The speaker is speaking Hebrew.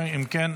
אם כן,